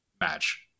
match